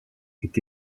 est